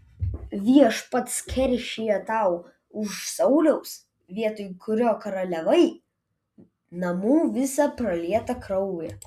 viešpats keršija tau už sauliaus vietoj kurio karaliavai namų visą pralietą kraują